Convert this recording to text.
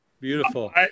beautiful